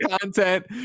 content